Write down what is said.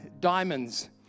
diamonds